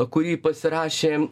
kurį pasirašė